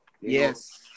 Yes